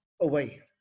away